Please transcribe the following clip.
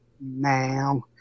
now